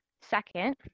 Second